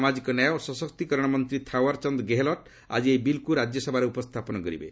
ସାମାଜିକ ନ୍ୟାୟ ଓ ସଶକ୍ତୀକରଣ ମନ୍ତ୍ରୀ ଥାଓ୍ୱର୍ଚାନ୍ଦ ଗେହଲଟ୍ ଆଜି ଏହି ବିଲ୍କୁ ରାଜ୍ୟସଭାରେ ଉପସ୍ଥାପନ କରିବେ